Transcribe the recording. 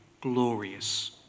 Glorious